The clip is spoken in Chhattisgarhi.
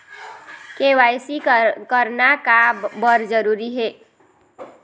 के.वाई.सी करना का बर जरूरी हे?